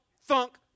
thunk